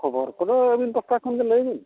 ᱠᱷᱚᱵᱚᱨ ᱠᱚᱫᱚ ᱟᱹᱵᱤᱱ ᱯᱟᱥᱴᱟ ᱠᱷᱚᱱ ᱜᱮ ᱞᱟᱹᱭ ᱵᱤᱱ